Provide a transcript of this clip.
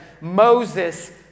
Moses